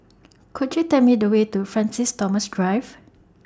Could YOU Tell Me The Way to Francis Thomas Drive